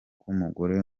k’umugore